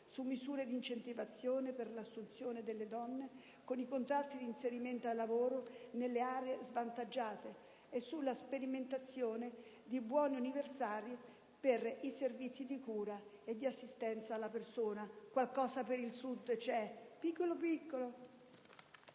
su misure di incentivazione per l'assunzione delle donne con i contratti di inserimento al lavoro nelle aree svantaggiate e sulla sperimentazione di buoni universali per i servizi di cura e di assistenza alla persona. Qualcosa per il Sud c'è, piccolo piccolo.